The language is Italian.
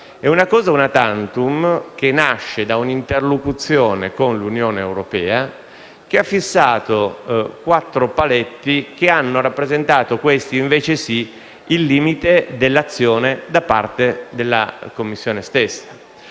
è una cosa *una tantum* che nasce da una interlocuzione con l'Unione europea, la quale ha fissato quattro paletti che hanno rappresentato (questi invece sì) il limite dell'azione da parte della Commissione stessa.